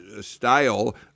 style